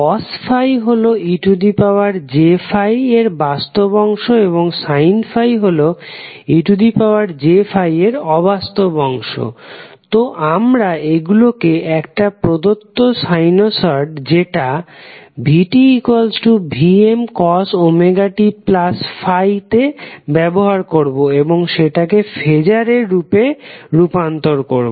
cos ∅ হলো ej∅ এর বাস্তব অংশ এবং ∅ হলো ej∅ এর অবাস্তব অংশ তো আমরা এগুলোকে একটা প্রদত্ত সাইনোসড যেটা vtVmωt∅ তে ব্যবহার করবো এবং সেটাকে ফেজারে রূপান্তর করবো